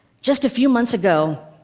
just a few months ago,